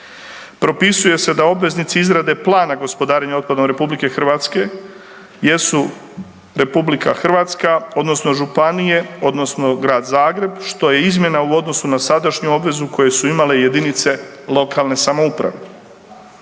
Propisuje se da obveznici izrade Plana gospodarenja otpadom RH jesu RH odnosno županije odnosno Grad Zagreb, što je izmjena u odnosu na sadašnju obvezu koju su imale JLS. Regionalni pristup